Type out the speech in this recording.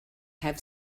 have